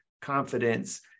confidence